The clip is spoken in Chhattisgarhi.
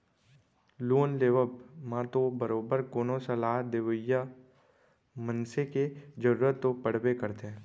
लोन लेवब म तो बरोबर कोनो सलाह देवइया मनसे के जरुरत तो पड़बे करथे